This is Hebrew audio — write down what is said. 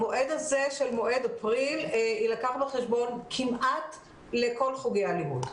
המועד הזה של אפריל יילקח בחשבון כמעט לכל חוגי הלימוד.